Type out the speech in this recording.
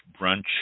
brunch